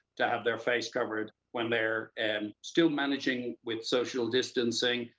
to have their face covered when they're and still managing with social distancing,